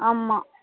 ஆமாம்